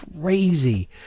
crazy